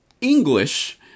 English